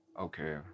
Okay